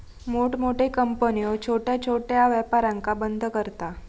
मोठमोठे कंपन्यो छोट्या छोट्या व्यापारांका बंद करता